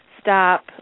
Stop